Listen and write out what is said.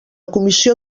comissió